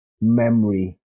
memory